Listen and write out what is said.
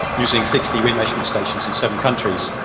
using sixty wind measurement stations in seven countries.